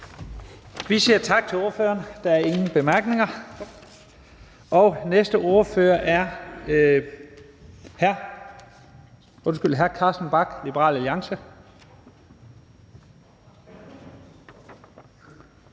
Vi siger tak til ordføreren. Der er ingen korte bemærkninger. Næste ordfører er hr. Carsten Bach, Liberal Alliance.